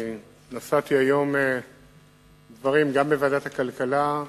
אני נשאתי היום דברים גם בוועדת הכלכלה,